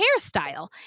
hairstyle